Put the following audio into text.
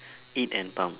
eat and pump